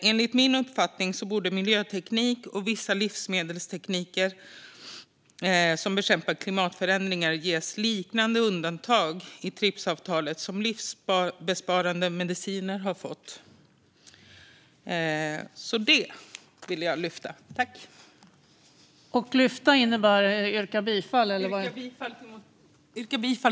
Enligt min uppfattning borde miljöteknik och vissa livsmedelstekniker som bekämpar klimatförändringar ges liknande undantag i Tripsavtalet som livsbesparande mediciner har fått. Jag yrkar bifall till motivreservationen.